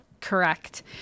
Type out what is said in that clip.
Correct